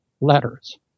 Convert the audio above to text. letters